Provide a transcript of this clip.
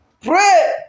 Pray